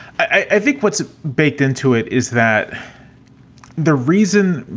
i think what's baked into it is that the reason,